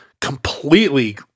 completely